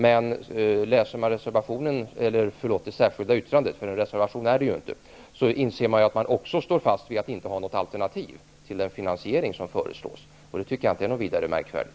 Men om man läser det särskilda yttrandet, för någon reservation är det ju inte fråga om, inser man att Socialdemokraterna också står fast vid att inte presentera något alternativ till den finansiering som föreslås. Det tycker jag inte är något vidare märkvärdigt.